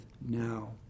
now